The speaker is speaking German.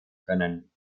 können